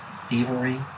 thievery